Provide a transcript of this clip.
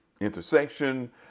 Intersection